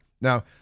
Now